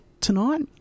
tonight